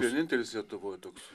vienintelis lietuvoj toks